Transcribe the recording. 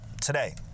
today